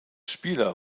spieler